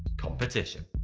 competition.